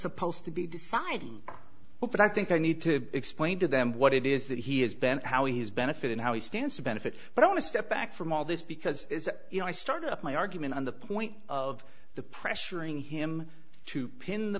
supposed to be deciding what i think i need to explain to them what it is that he has been how he has benefited how he stands to benefit but i want to step back from all this because you know i started my argument on the point of the pressuring him to pin the